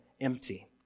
empty